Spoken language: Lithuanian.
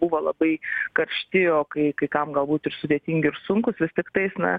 buvo labai karšti o kai kai kam galbūt ir sudėtingi ir sunkūs vis tiktais na